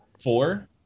four